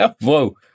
Whoa